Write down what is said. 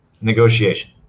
Negotiation